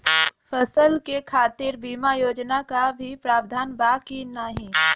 फसल के खातीर बिमा योजना क भी प्रवाधान बा की नाही?